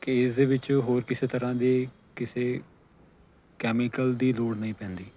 case ਦੇ ਵਿੱਚ ਹੋਰ ਕਿਸੇ ਤਰ੍ਹਾਂ ਦੇ ਕਿਸੇ ਕੈਮੀਕਲ ਦੀ ਲੋੜ ਨਹੀਂ ਪੈਂਦੀ